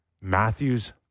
Matthews